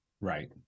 Right